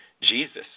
Jesus